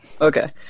Okay